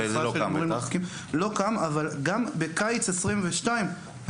לא נקודתית לספורט.